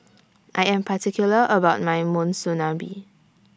I Am particular about My Monsunabe